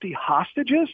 hostages